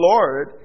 Lord